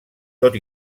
tot